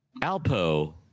Alpo